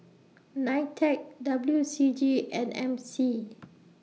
NITEC W C G and M C